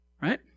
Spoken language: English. right